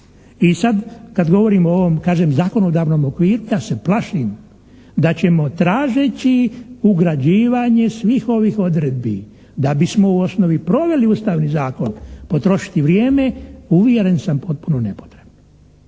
I sad kad govorimo o ovom kažem zakonodavnom … /Govornik se ne razumije./ … ja se plašim da ćemo tražeći ugrađivanje svih ovih odredbi da bismo u osnovi proveli Ustavni zakon potrošili vrijeme uvjeren sam potpuno nepotrebno.